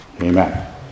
amen